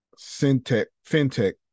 fintech